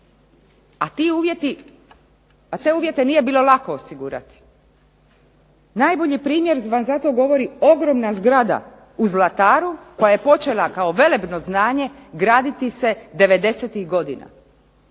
a te uvjete nije bilo lako osigurati, najbolji primjer vam za to govori ogromna zgrada u Zlataru, koja je počela kao velebno znanje graditi se 90-ih godina.